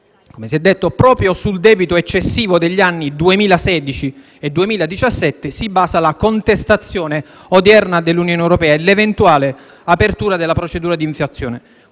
Come si è detto, proprio sul debito eccessivo degli anni 2016 e 2017 si basa la contestazione odierna dell'Unione europea e l'eventuale apertura della procedura di infrazione.